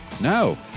no